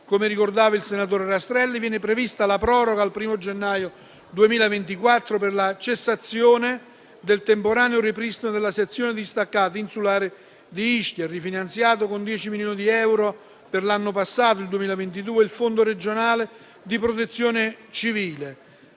come ricordava il senatore Rastrelli, viene prevista la proroga al 1° gennaio 2024 per la cessazione del temporaneo ripristino della sezione distaccata insulare di Ischia, e viene rifinanziato con 10 milioni di euro per l'anno passato il Fondo regionale di protezione civile.